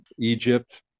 egypt